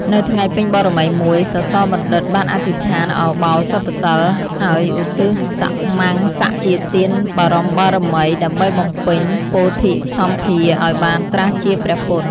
នៅថ្ងៃពេញបរមីមួយ សសបណ្ឌិត បានអធិដ្ឋានឧបោសថសីល ហើយឧទ្ទិសមំសៈជាទានបរមត្ថបារមី ដើម្បីបំពេញពោធិ៍សម្ភារឲ្យបានត្រាស់ជាព្រះពុទ្ធ។